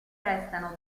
restano